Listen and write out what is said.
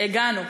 הגענו.